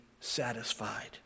satisfied